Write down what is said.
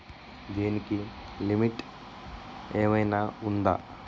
దీనికి లిమిట్ ఆమైనా ఉందా?